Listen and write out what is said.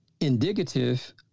indicative